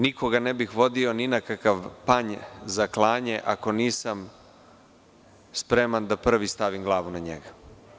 Vidite, nikoga ne bih vodio ni na kakav panj za klanje ako nisam spreman da prvi stavim glavu na njega.